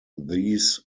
these